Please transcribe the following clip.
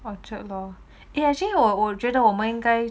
orchard lor eh actually 我觉得我们应该